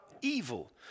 evil